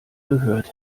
gehört